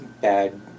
bad